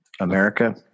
America